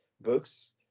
books